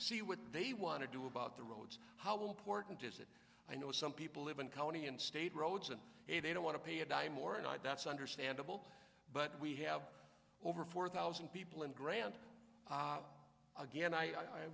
would they want to do about the roads how important is it i know some people live in county and state roads and if they don't want to pay a dime or not that's understandable but we have over four thousand people in grant again i